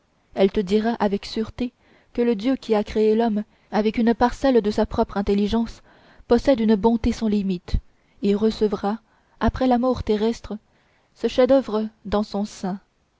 elle te dira avec sûreté que le dieu qui a créé l'homme avec une parcelle de sa propre intelligence possède une bonté sans limites et recevra après la mort terrestre ce chefd'oeuvre dans son sein